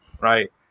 right